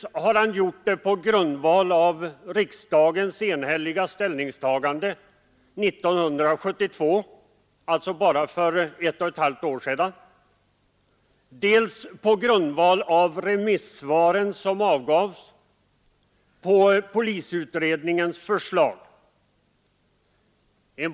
Han har gjort det på grundval av dels riksdagens enhälliga ställningstagande 1972 — alltså för bara ett och ett halvt år sedan — dels också de remissvar som avgavs på polisutredningens förslag.